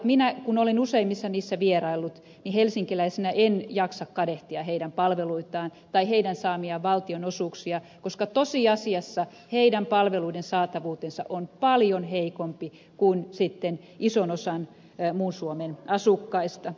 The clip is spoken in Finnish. minä kun olen useimmissa niissä vieraillut niin helsinkiläisenä en jaksa kadehtia heidän palveluitaan tai heidän saamiaan valtionosuuksia koska tosiasiassa heidän palveluiden saatavuutensa on paljon heikompi kuin ison osan muun suomen asukkaista